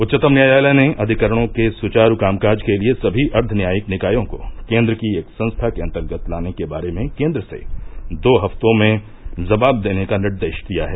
उच्चतम न्यायालय ने अधिकरणों के सुचारू कामकाज के लिए सभी अर्धन्यायिक निकायों को केन्द्र की एक संस्था के अंतर्गत लाने के बारे में केन्द्र से दो हफ्तों में जवाब देने का निर्देश दिया है